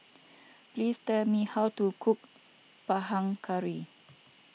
please tell me how to cook Panang Curry